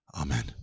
Amen